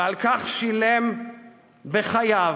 ועל כך שילם בחייו.